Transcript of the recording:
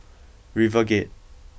RiverGate